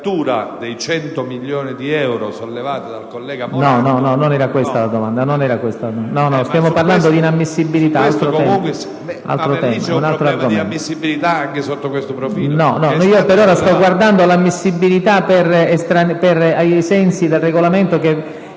Non era questa la domanda, stiamo parlando di inammissibilità,